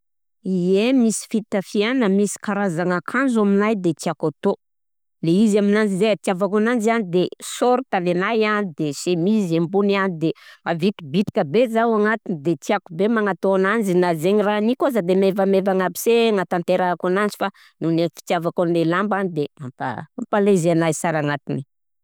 Ie, misy fitafiàna, misy karazagna akanjo aminay de tiàko atao, le izy aminanzy zay, itiavako ananjy zany de sôrta nenahy e de chemise ambony a de mavitri-bitrika be zaho agnatiny de tiako be magnatao ananzy na zaigny raha haniko aza de maivamaivagna aby se hanatanterahiko ananzy fa noho le fitiavako an'le lamba de mampa- mampa à l'aise anahy sara agnatiny.